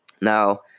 Now